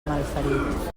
malferit